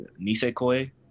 Nisekoi